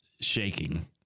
shaking